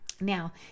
Now